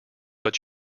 but